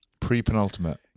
Pre-penultimate